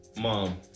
mom